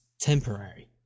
temporary